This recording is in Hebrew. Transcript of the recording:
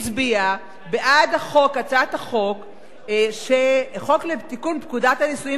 הצביעה בעד הצעת החוק לתיקון פקודת הנישואין